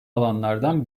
alanlardan